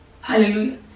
hallelujah